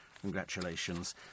Congratulations